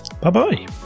bye-bye